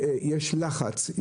יש לחץ,